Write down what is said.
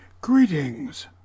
Greetings